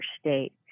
state